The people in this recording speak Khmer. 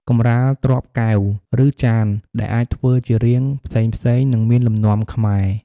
កម្រាលទ្រាប់កែវ ឬចាន ដែលអាចធ្វើជារាងផ្សេងៗ និងមានលំនាំខ្មែរ។